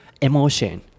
emotion